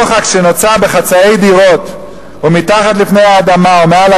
הדוחק שנוצר בחצאי דירות ומתחת לפני האדמה ומעל